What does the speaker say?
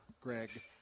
Greg